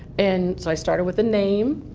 and so i started with a name,